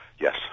yes